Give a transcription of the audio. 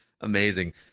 amazing